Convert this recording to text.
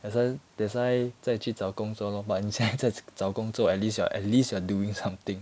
that's why that's why 再去找工作 lor but 你现在在找工作 at least you're at least you're doing something